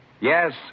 Yes